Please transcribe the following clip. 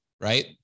right